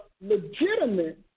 legitimate